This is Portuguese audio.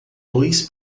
dois